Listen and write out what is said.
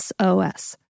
SOS